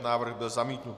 Návrh byl zamítnut.